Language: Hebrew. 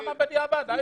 למה בדיעבד?